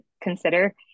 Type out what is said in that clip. consider